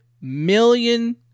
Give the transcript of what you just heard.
million